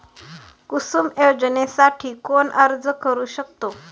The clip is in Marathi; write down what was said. कुसुम योजनेसाठी कोण अर्ज करू शकतो?